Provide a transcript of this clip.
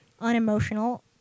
unemotional